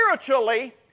spiritually